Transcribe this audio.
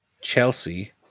Chelsea